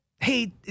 hey